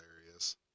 hilarious